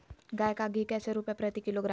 गाय का घी कैसे रुपए प्रति किलोग्राम है?